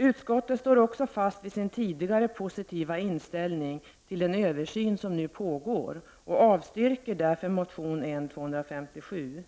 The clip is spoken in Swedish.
Utskottet står fast vid sin tidigare positiva inställning till den översyn som pågår och avstyrker därför motion N257.